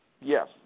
Yes